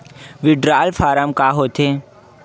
Withdrawal form का होथे?